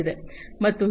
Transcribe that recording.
ಮತ್ತು ಇಂಡಸ್ಟ್ರಿ 4